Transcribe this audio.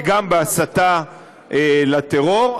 וגם בהסתה לטרור,